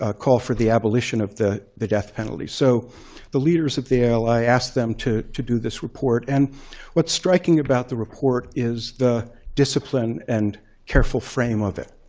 ah call for the abolition of the the death penalty. so the leaders of the ali, i asked them to to do this report. and what's striking about the report is the discipline and careful frame of it.